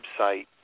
website